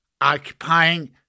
occupying